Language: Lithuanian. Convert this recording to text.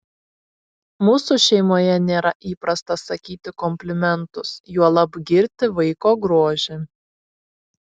mūsų šeimoje nėra įprasta sakyti komplimentus juolab girti vaiko grožį